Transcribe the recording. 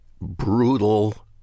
brutal